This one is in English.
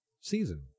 season